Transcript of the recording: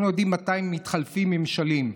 אנחנו לא יודעים מתי מתחלפים ממשלים,